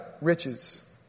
riches